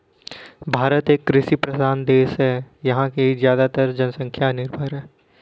भारत एक कृषि प्रधान देश है यहाँ की ज़्यादातर जनसंख्या निर्भर है